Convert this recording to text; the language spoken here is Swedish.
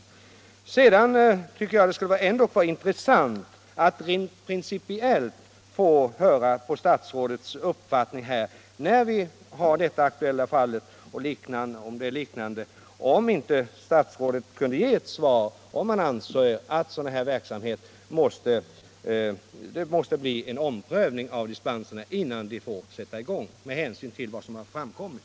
Eftersom vi har detta aktuella fall skulle det vara intressant att få höra om statsrådet rent principiellt anser att de nva uppgifter som har framkommit borde föranleda en omprövning av dispensärendet.